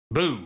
Boo